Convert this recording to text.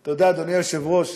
אתה יודע אדוני היושב-ראש,